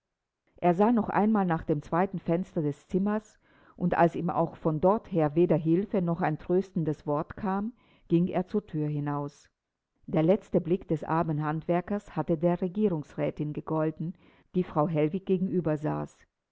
er sah noch einmal nach dem zweiten fenster des zimmers und als ihm auch von dort her weder hilfe noch ein tröstendes wort kam ging er zur thür hinaus der letzte blick des armen handwerkers hatte der regierungsrätin gegolten die frau hellwig gegenüber saß